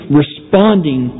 responding